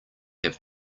have